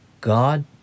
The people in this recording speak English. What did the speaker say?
God